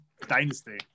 Dynasty